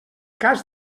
cas